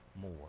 more